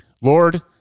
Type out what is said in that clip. Lord